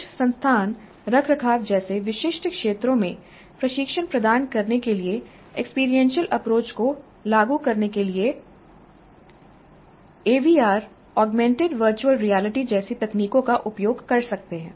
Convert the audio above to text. कुछ संस्थान रखरखाव जैसे विशिष्ट क्षेत्रों में प्रशिक्षण प्रदान करने के लिए एक्सपीरियंशियल अप्रोच को लागू करने के लिए एवीआर ऑगमेंटेड वर्चुअल रियलिटी जैसी तकनीकों का उपयोग कर रहे हैं